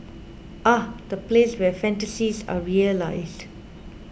ah the place where fantasies are realised